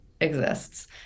exists